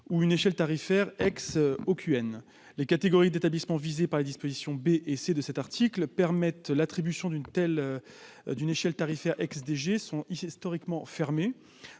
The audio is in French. ou une échelle tarifaire ex-au les catégories d'établissements visés par les dispositions B et C de cet article permettent l'attribution d'une telle d'une échelle tarifaire, ex-DG sont historiquement fermé